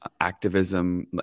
activism